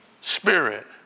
Spirit